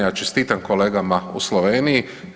Ja čestitam kolegama u Sloveniji.